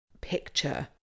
picture